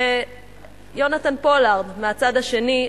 ויונתן פולארד מהצד השני.